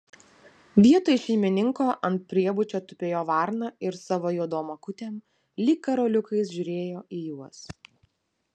vietoj šeimininko ant priebučio tupėjo varna ir savo juodom akutėm lyg karoliukais žiūrėjo į juos